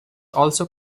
also